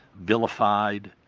vilified.